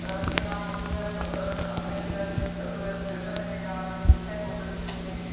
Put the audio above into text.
केह् नाम कुदै अपनै कुदै कुदै पेपर देनें गी जा दे होगै उत्थैं बी फोटो खिच्ची ओड़ने